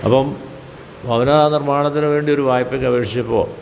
അപ്പം ഭവന നിർമ്മാണത്തിനു വേണ്ടി ഒരു വായ്പക്കപേക്ഷിച്ചപ്പോൾ